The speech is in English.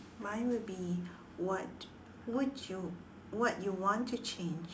mine will be what would you what you want to change